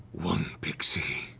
one pixie,